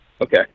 Okay